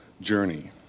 journey